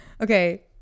okay